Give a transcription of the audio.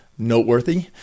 Noteworthy